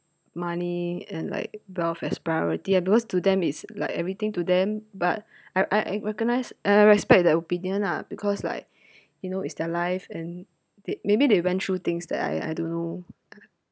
money and like bel~ as priority ah because to them it's like everything to them but I I recognised and respect their opinion lah because like you know it's their life and they maybe they went through things that I I don't know